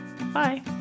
Bye